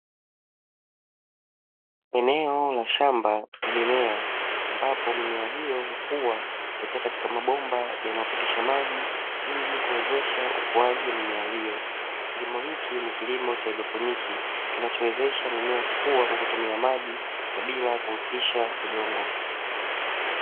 Eneo la shamba la mimea ambapo mimea hiyo hukuwa katika mabomba yanayopitisha maji, ili kuwezesha ukuaji wa mimea hiyo kilimo hiki ni kilimo cha haidroponiki kinachowezesha mimea kukua kwa kutumia maji na bila kuhusisha udongo.